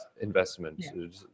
investment